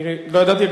לא ידעתי,